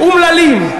אומללים.